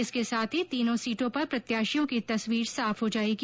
इसके साथ ही तीनों सीटों पर प्रत्याशियों की तस्वीर साफ हो जायेगी